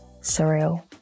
surreal